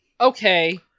okay